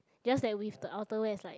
just that with the outerwear it's like